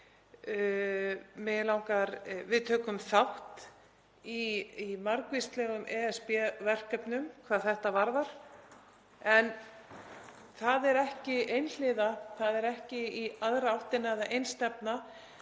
Við tökum þátt í margvíslegum ESB-verkefnum hvað þetta varðar en það er ekki einhliða, það er ekki í aðra áttina eða einstefna